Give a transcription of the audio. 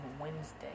Wednesday